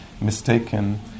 mistaken